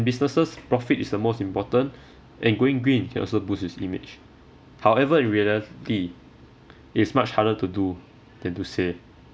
businesses profit is the most important and going green can also boost its image however in reality it's much harder to do than to say